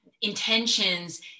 intentions